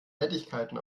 nettigkeiten